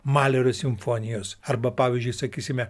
malerio simfonijos arba pavyzdžiui sakysime